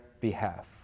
behalf